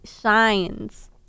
shines